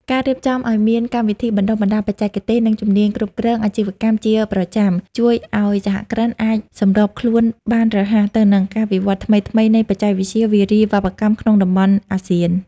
ការរៀបចំឱ្យមានកម្មវិធីបណ្ដុះបណ្ដាលបច្ចេកទេស និងជំនាញគ្រប់គ្រងអាជីវកម្មជាប្រចាំ ជួយឱ្យសហគ្រិនអាចសម្របខ្លួនបានរហ័សទៅនឹងការវិវត្តថ្មីៗនៃបច្ចេកវិទ្យាវារីវប្បកម្មក្នុងតំបន់អាស៊ាន។